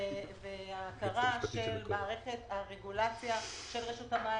וההכרה של מערכת הרגולציה של רשות המים